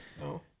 No